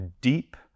deep